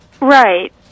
Right